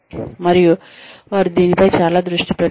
మరియు వారు దీనిపై చాలా దృష్టి పెడుతున్నారు